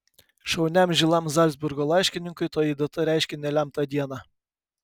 šauniam žilam zalcburgo laiškininkui toji data reiškė nelemtą dieną